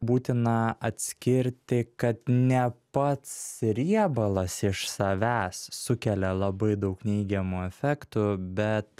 būtina atskirti kad ne pats riebalas iš savęs sukelia labai daug neigiamų efektų bet